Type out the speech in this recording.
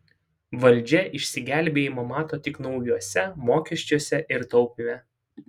valdžia išsigelbėjimą mato tik naujuose mokesčiuose ir taupyme